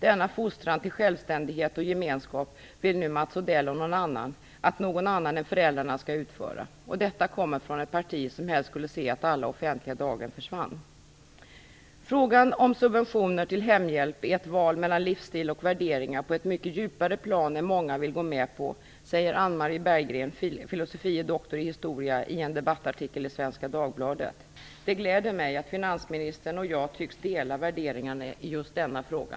Denna fostran till självständighet och gemenskap vill nu Mats Odell och några andra att någon annan än föräldrarna skall stå för. Detta kommer alltså från en representant för ett parti som helst skulle se att alla offentliga daghem försvann. Frågan om subventioner till hemhjälp är ett val mellan livsstil och värderingar på ett mycket djupare plan än många vill gå med på, säger Anne Marie Dagbladet. Det gläder mig att finansministern och jag tycks dela värderingarna i just denna fråga.